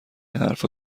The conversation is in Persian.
حرفها